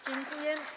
Dziękuję.